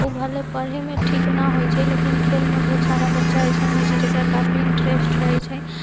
उ भले पढ़ैमे ठीक नहि होइ छै लेकिन खेलमे बहुत सारा बच्चा अइसन होइ छै जकरा काफी इन्टरेस्ट रहै छै